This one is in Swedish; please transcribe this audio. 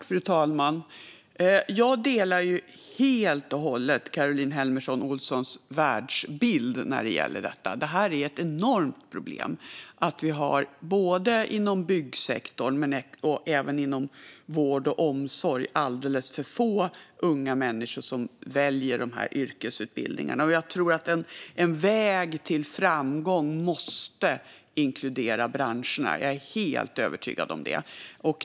Fru talman! Jag delar helt och hållet Caroline Helmersson Olssons världsbild när det gäller detta. Det är ett enormt problem inom både byggsektorn och vård och omsorg att alldeles för få unga människor väljer dessa yrkesutbildningar. Jag tror att en väg till framgång måste inkludera branscherna - jag är helt övertygad om det.